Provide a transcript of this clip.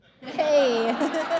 Hey